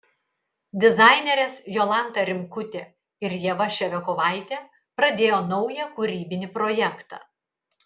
dizainerės jolanta rimkutė ir ieva ševiakovaitė pradėjo naują kūrybinį projektą